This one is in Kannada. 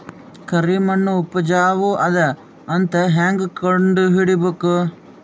ಕರಿಮಣ್ಣು ಉಪಜಾವು ಅದ ಅಂತ ಹೇಂಗ ಕಂಡುಹಿಡಿಬೇಕು?